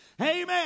Amen